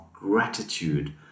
gratitude